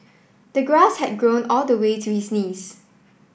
the grass had grown all the way to his knees